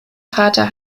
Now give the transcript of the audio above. vater